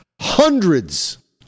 Hundreds